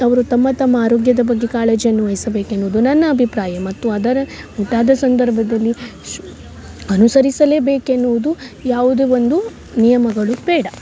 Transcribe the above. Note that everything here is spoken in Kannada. ಅವರು ತಮ್ಮ ತಮ್ಮ ಆರೋಗ್ಯದ ಬಗ್ಗೆ ಕಾಳಜಿಯನ್ನು ವಹಿಸಬೇಕು ಎನ್ನುದು ನನ್ನ ಅಭಿಪ್ರಾಯ ಮತ್ತು ಅದರ ಮುಟ್ಟಾದ ಸಂದರ್ಭದಲ್ಲಿ ಸ್ ಅನುಸರಿಸಲೇಬೇಕು ಎನ್ನುವುದು ಯಾವುದೇ ಒಂದು ನಿಯಮಗಳು ಬೇಡ